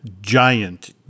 giant